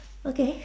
okay